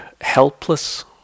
helpless